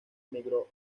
emigró